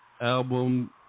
album